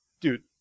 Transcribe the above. Dude